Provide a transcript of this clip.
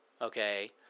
Okay